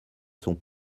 sont